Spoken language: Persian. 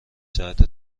ساعته